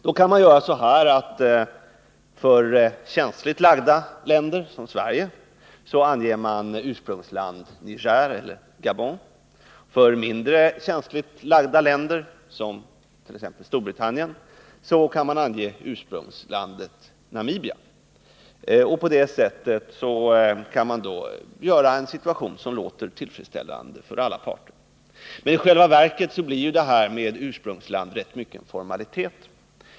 Då kan man göra så att man för känsligt lagda länder, som Sverige, anger Nigeria eller Gabon som ursprungsland, och för mindre känsligt lagda länder, som t.ex. Storbritannien, anger man ursprungslandet Namibia. På det sättet kan man åstadkomma en situation som är tillfredsställande för alla parter. Men i själva verket blir frågan om ursprungsland rätt mycket en formalitet.